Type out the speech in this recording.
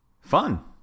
Fun